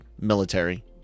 military